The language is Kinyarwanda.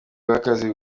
n’akazi